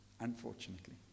unfortunately